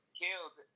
killed